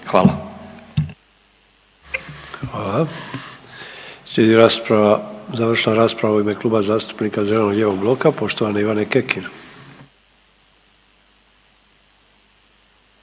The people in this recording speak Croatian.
(HDZ)** Hvala. Slijedi rasprava, završna rasprava u ime Kluba zastupnika zeleno-lijevog bloka poštovane Ivane Kekin.